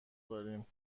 داریم